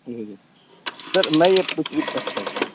جی جی سر میں یہ پوچھ اچھا اچھا